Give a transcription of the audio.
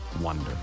Wonder